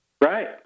Right